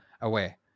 away